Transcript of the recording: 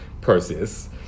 process